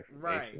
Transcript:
Right